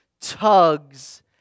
tugs